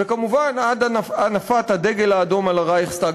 וכמובן עד הנפת הדגל האדום על הרייכסטאג